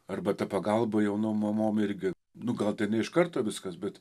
arba ta pagalba jaunom mamom irgi nu gal ne iš karto viskas bet